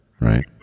right